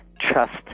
trust